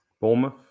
Bournemouth